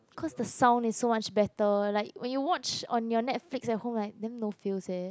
cause the sound is so much better like when you watch on your Netflix at home like damn no feel leh